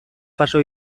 paso